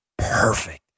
perfect